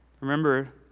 Remember